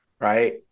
right